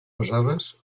pesades